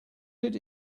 did